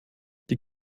die